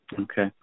Okay